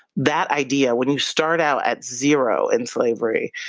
that idea, when you start out at zero in slavery,